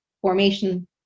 formation